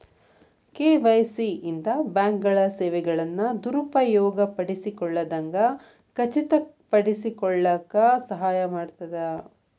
KYC ಇಂದ ಬ್ಯಾಂಕ್ಗಳ ಸೇವೆಗಳನ್ನ ದುರುಪಯೋಗ ಪಡಿಸಿಕೊಳ್ಳದಂಗ ಖಚಿತಪಡಿಸಿಕೊಳ್ಳಕ ಸಹಾಯ ಮಾಡ್ತದ